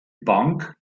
bank